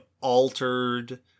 altered